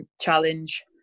Challenge